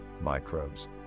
microbes